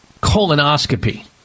colonoscopy